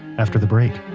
after the break